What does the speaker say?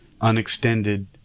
unextended